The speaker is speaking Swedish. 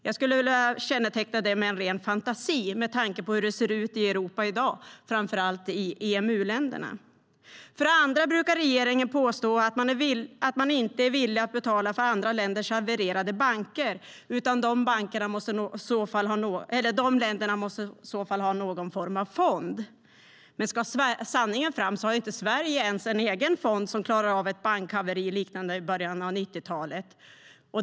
Jag skulle vilja kalla det för en ren fantasi med tanke på hur det ser ut i Europa i dag, framför allt i EMU-länderna. Dessutom brukar regeringen påstå att man inte är villig att betala för andra länders havererade banker, utan de länderna måste i så fall ha någon form av fond. Men ska sanningen fram har inte ens Sverige en egen fond som klarar av ett bankhaveri liknande det som skedde i början av 90-talet.